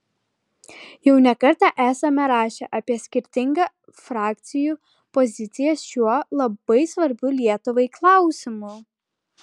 jau ne kartą esame rašę apie skirtingą frakcijų poziciją šiuo labai svarbiu lietuvai klausimu